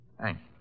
Thanks